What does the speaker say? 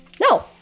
No